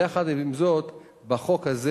יחד עם זאת, בחוק הזה